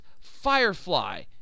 Firefly